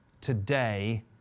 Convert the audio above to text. today